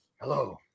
hello